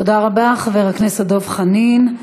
תודה רבה, חבר הכנסת דב חנין.